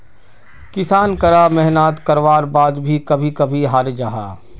किसान करा मेहनात कारवार बाद भी कभी कभी हारे जाहा